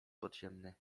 podziemny